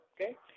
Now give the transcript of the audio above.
okay